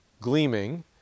gleaming